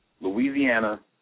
Louisiana